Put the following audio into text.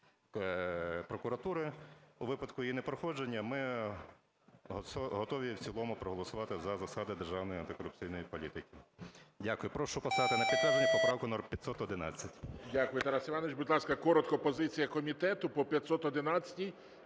прокуратури. У випадку її непроходження ми готові в цілому проголосувати за засади державної антикорупційної політики. Дякую. Прошу поставити на підтвердження поправку номер 511. ГОЛОВУЮЧИЙ. Дякую, Тарас Іванович. Будь ласка, коротко позиція комітету по 511-й.